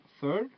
third